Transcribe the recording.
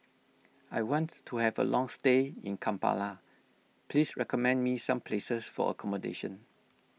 I want to have a long stay in Kampala please recommend me some places for accommodation